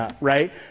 right